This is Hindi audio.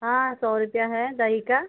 हाँ सौ रुपया है दही का